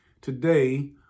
today